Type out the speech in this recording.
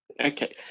Okay